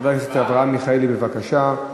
חבר הכנסת אברהם מיכאלי, בבקשה.